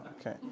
Okay